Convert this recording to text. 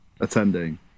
attending